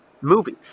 movie